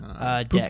Deck